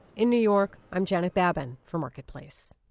in new york, i'm janet babin for marketplace